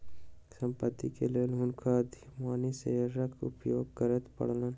संपत्ति के लेल हुनका अधिमानी शेयरक उपयोग करय पड़लैन